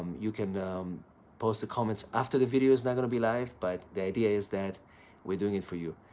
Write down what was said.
you can post the comments after the video is not going to be live. but the idea is that we're doing it for you.